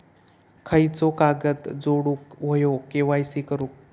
खयचो कागद जोडुक होयो के.वाय.सी करूक?